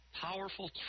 Powerful